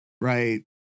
Right